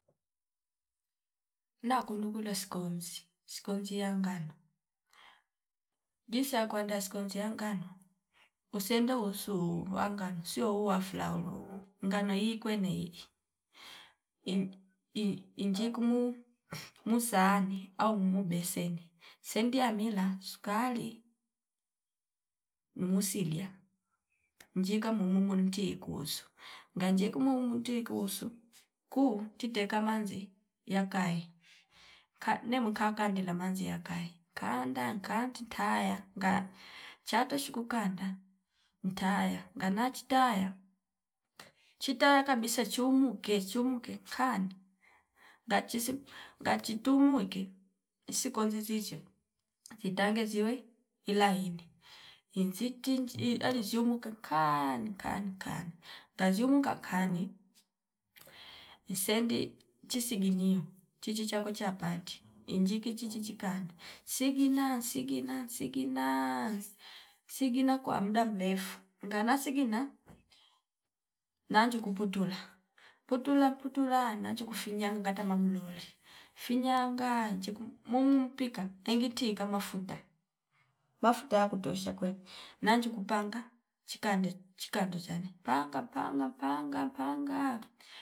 Nakundu kula skonzi skonzi ya ngano jinsi ya kwenda skonzi ya ngano usenda wosu wangano siuo wafulau ngano ikwene iin- ii- iinjikumu musani au muu beseni sendi amila sukari mumusilia njika muumo njii kusu nganji kumuumo ndi kuuso kuu titeka manze yakai, kaa nemwina kandela manzia kae kanda nkatitaya ngaa chato shiku kanda ntaya ngana chitaya chitaya kabisa chumu ke chumu ke kanda ngachisim ngachitumu eke insi koze vivyo zitange ziwe ilaini inzi tinji iii aliziumuka kaa nkaa- nkaan ngaziumuka kani misendi chisiginiyo chichi chako chapati injiki chichi kanda sigina sigina sigina siginaa sigina kwa mdaa mrefu ngana sigina nanju kuputula putula putula nanju kufinyanga ngata mamlole finyanga njiku muum pika engitiki kama mafuta, mafuta ya kutoshakwene nanju kupanga chikande chikande zshani panga- panga- panga- pangaa